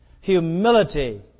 humility